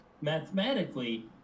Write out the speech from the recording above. mathematically